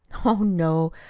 oh, no,